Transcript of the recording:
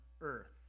earth